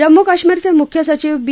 जम्मू काश्मीरच मुख्य सचिव बी